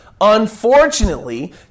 unfortunately